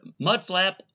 mudflap